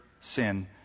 sin